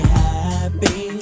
happy